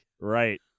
right